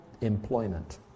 employment